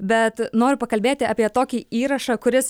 bet noriu pakalbėti apie tokį įrašą kuris